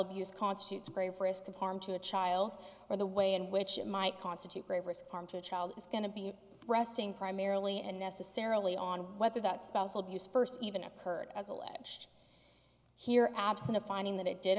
abuse constitutes grave risk of harm to the child or the way in which it might constitute grave risk harm to a child is going to be resting primarily and necessarily on whether that spousal abuse first even occurred as alleged here absent a finding that it did